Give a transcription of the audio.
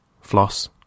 floss